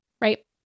right